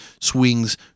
swings